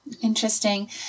Interesting